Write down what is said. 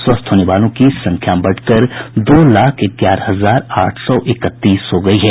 स्वस्थ होने वालों की संख्या बढ़कर दो लाख ग्यारह हजार आठ सौ इकतीस हो गयी है